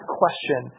question